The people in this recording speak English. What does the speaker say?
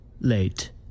late